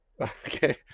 Okay